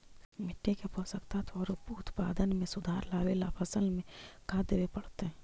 मिट्टी के पोषक तत्त्व और उत्पादन में सुधार लावे ला फसल में का देबे पड़तै तै?